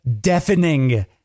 deafening